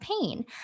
pain